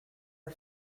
are